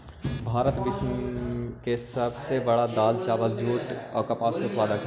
भारत विश्व के सब से बड़ा दाल, चावल, दूध, जुट और कपास उत्पादक हई